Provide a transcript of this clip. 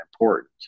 important